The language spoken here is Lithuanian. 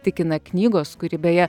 tikina knygos kuri beje